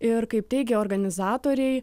ir kaip teigia organizatoriai